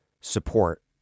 support